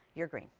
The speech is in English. your green.